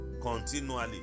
continually